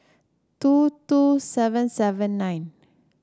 two two seven seven nine